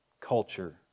culture